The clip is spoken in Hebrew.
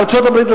בארצות-הברית,